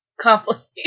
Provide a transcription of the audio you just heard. complicated